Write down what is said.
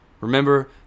Remember